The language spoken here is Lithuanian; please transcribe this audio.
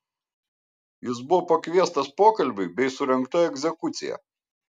jis buvo pakviestas pokalbiui bei surengta egzekucija